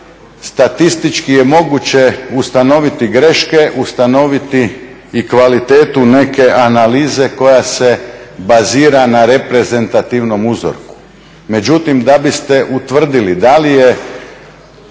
statistički je moguće ustanoviti greške, ustanoviti i kvalitetu neke analize koja se bazira na reprezentativnom uzorku. Međutim, da biste utvrdili da li je